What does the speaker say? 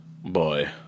Boy